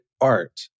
art